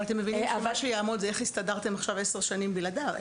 אבל אתם מבינים שמה שיעמוד זה איך הסתדרתם עכשיו עשר שנים בלעדיו.